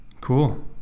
Cool